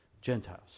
Gentiles